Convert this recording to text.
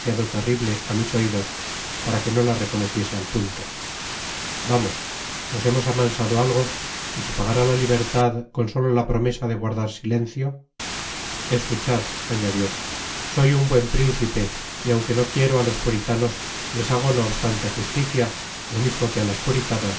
terrible á mis oidos para que no la reconociese al punio vamos nos hemos amansado algo y se pagará la libertad con solo la promesa de guardar silencio escuchad añadió soy un buen principe y aunque no quiero á los puritanos les hago no obstante justicia lo mismo que á las puritanas